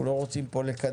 אנחנו לא רוצים פה לקדם